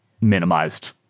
minimized